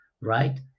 right